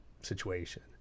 situation